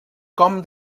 com